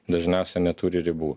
dažniausiai neturi ribų